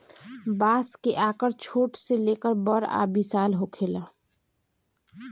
बांस के आकर छोट से लेके बड़ आ विशाल होखेला